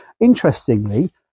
Interestingly